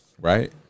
Right